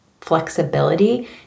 flexibility